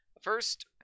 First